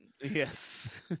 Yes